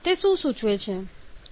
તે શું સૂચવે છે